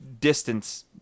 distance